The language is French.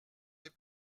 les